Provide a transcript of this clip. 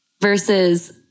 versus